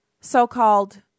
so-called